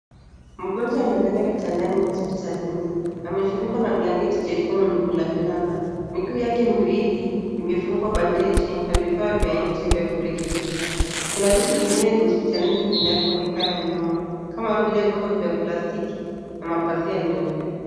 Mgonjwa amelala kitanda hospitalini. Amefunikwa na blanketi jekundu la miraba. Miguu yake miwili imefungwa bandeji na vifaa vya nje vya kurekebisha. Kuna vitu vingine vya hospitalini vinavyoonekana nyuma, kama vile, vyombo vya plastiki na mapazia meupe.